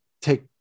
take